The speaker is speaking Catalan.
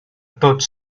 tots